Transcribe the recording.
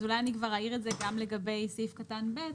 אז אולי אני כבר אעיר את זה גם לגבי סעיף קטן ב',